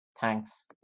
Thanks